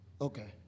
Okay